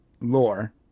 Lore